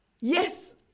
Yes